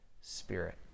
Spirit